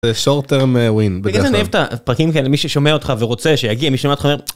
בגדול אני אוהב את הפרקים כאלה מי ששומע אותך ורוצה שיגיע מי ששומע אותך ואומר...